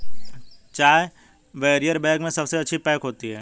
चाय barrier bag में सबसे अच्छी पैक होती है